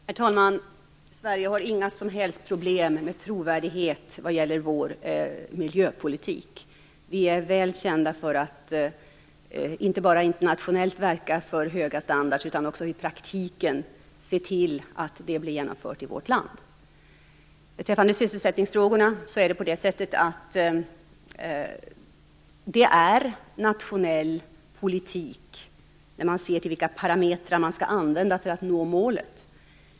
Herr talman! Sverige har inga som helst problem med trovärdighet för vår miljöpolitik. Vi är väl kända för att inte bara internationellt verka för höga standarder utan också för att i praktiken se till att de blir genomförda i vårt land. I sysselsättningfrågan handlar det om nationell politik när man ser till vilka parametrar man skall använda för att nå målet.